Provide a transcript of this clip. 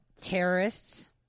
terrorists